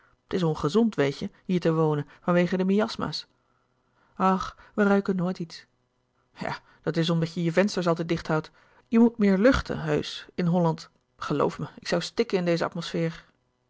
het is ongezond weet je hier te wonen van wege de miasma's ach wij ruiken nooit iets ja dat is omdat je je vensters altijd dicht houdt je moet meer luchten heusch in holland geloof mij ik zoû stikken in deze atmosfeer